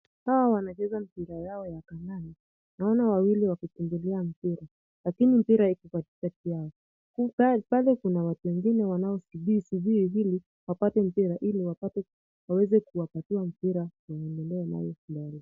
Hawa wanacheza mpira yao ya kandanda. Naona wawili wakikimbilia mpira, lakini mpira iko katikati yao. Pale kuna watu wengine wanaosubirisubiri ili wapate mpira ili waweze kuupokea mpira waendelee nayo kucheza.